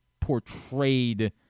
portrayed